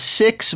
six